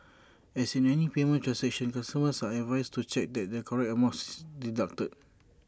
as in any payment transaction customers are advised to check that the correct amount is deducted